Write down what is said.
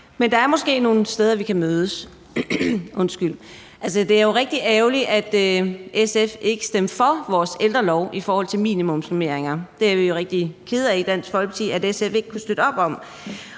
Men der er måske nogle steder, vi kan mødes. Det er jo rigtig ærgerligt, at SF ikke stemte for vores ældrelov i forhold til minimumsnormeringer. Det er vi rigtig kede af i Dansk Folkeparti at SF ikke kunne støtte op om.